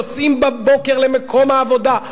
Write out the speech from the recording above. יוצאים בבוקר למקום העבודה,